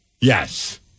Yes